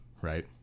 Right